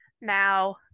Now